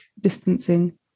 distancing